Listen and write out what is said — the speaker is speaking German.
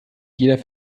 jeder